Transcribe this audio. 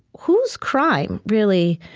whose crime, really,